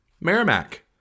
Merrimack